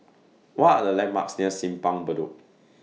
What Are The landmarks near Simpang Bedok